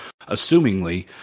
assumingly